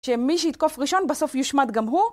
שמי שייתקוף ראשון בסוף יושמת גם הוא